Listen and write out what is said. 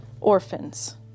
orphans